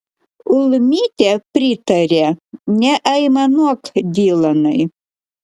ulmytė pritarė neaimanuok dylanai